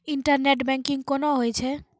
Internet banking कोना होय छै?